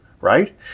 right